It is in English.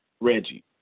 Reggie